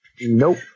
Nope